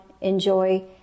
enjoy